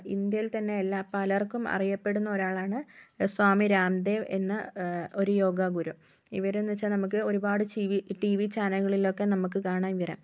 ഇന്ത്യയിൽ തന്നെ എല്ലാ പലർക്കും അറിയപ്പെടുന്ന ഒരാളാണ് സ്വാമി രാംദേവ് എന്ന ഒരു യോഗാ ഗുരു ഇവരെന്ന് വെച്ചാൽ നമുക്ക് ഒരുപാട് ചിവി ടീ വി ചാനലുകളിൽ ഒക്കെ നമുക്ക് കാണാം ഇവരേ